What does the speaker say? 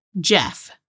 Jeff